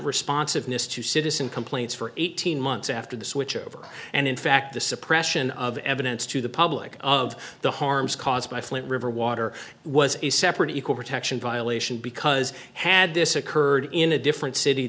responsiveness to citizen complaints for eighteen months after the switchover and in fact the suppression of evidence to the public of the harms caused by flint river water was a separate equal protection violation because had this occurred in a different city